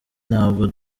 ntabwo